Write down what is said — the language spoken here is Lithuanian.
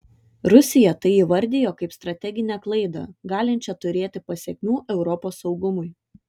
rusija tai įvardijo kaip strateginę klaidą galinčią turėti pasekmių europos saugumui